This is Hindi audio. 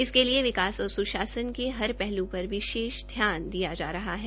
इसके लिए विकास और सुशासन के हर हलू र विशेष ध्यान दिया जा रहा है